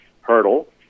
hurdle